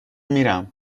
میرم